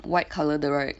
white colour 的 right